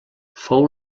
fou